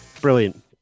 brilliant